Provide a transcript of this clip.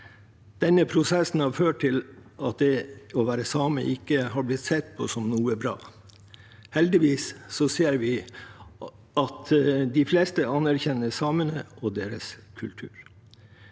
Denne prosessen har ført til at det å være same ikke har blitt sett på som noe bra. Heldigvis ser vi at de fleste anerkjenner samene og deres kultur.